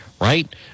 right